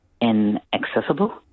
inaccessible